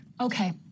Okay